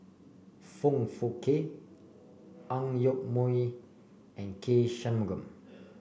Foong Fook Kay Ang Yoke Mooi and K Shanmugam